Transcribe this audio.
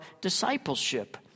discipleship